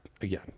again